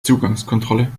zugangskontrolle